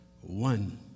One